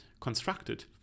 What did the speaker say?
constructed